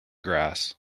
grass